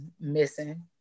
missing